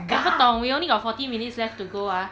我不懂 we only got forty minutes left to go ah